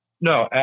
No